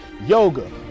yoga